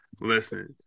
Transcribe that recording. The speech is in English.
Listen